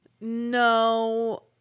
No